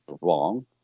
Wrong